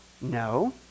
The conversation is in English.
no